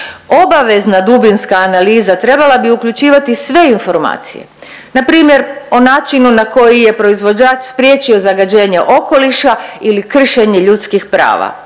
Obavezna dubinska analiza trebala bi uključivati sve informacije npr. o načinu na koji je proizvođač spriječio zagađenje okoliša ili kršenje ljudskih prava.